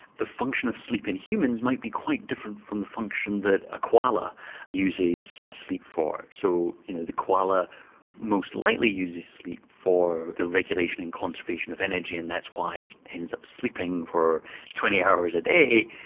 the function of sleep in humans might be quite different from the function that a koala uses sleep for. so you know the koala most likely uses sleep for the regulation and conservation of energy and that's why it ends up sleeping for twenty hours a day,